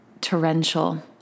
torrential